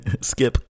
skip